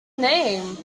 name